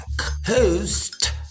host